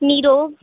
नीरो